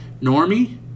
Normie